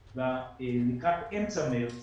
ולקראת אמצע חודש מארס